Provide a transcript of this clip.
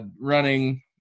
running